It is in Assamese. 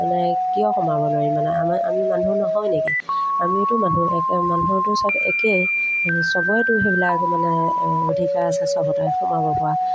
মানে কিয় সোমাব নোৱাৰিম মানে আমাৰ আমি মানুহ নহয় নেকি আমিওতো মানুহ একে মানুহটো চব একেই চবইতো সেইবিলাক মানে অধিকাৰ আছে চবতে সোমাব পৰা